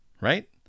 Right